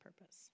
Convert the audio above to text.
purpose